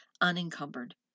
unencumbered